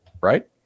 Right